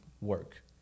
work